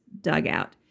dugout